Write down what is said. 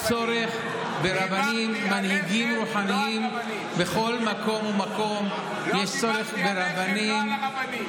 דיברתי עליכם, לא על רבנים.